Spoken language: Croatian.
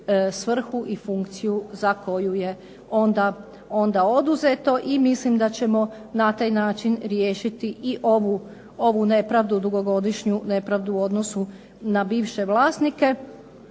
svrhu ni funkciju za koju je onda oduzeto i mislim da ćemo na taj način riješiti ovu nepravdu dugogodišnju nepravdu u odnosu na bivše vlasnike